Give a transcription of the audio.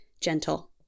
gentle